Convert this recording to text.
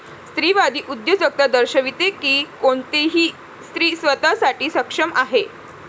स्त्रीवादी उद्योजकता दर्शविते की कोणतीही स्त्री स्वतः साठी सक्षम आहे